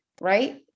right